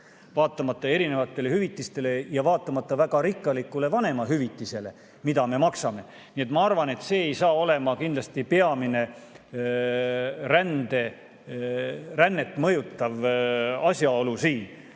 vaatamata erinevatele hüvitistele ja vaatamata väga rikkalikule vanemahüvitisele, mida me maksame. Nii et ma arvan, et see ei saa olema kindlasti peamine rännet mõjutav asjaolu siin.